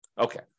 Okay